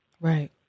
right